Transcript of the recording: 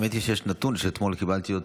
האמת היא שיש נתון שאתמול קיבלתי,